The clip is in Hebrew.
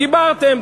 דיברתם.